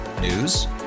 News